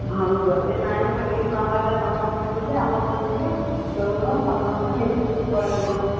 ହଁ ଯଦି ନାଇ କରିବେ ନହେଲେ ତୁମ ଫ୍ୟାମିଲି ଆମ ଫ୍ୟାମିଲି ତୁ ମୁଁ ସମସ୍ତେ ମିଶିକିରି ପଳାଇ ଯିବା